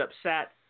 upset